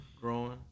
growing